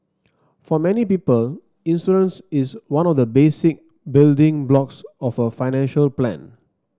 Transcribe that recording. for many people insurance is one of the basic building blocks of a financial plan